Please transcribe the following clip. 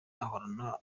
agahorana